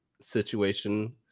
situation